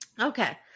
okay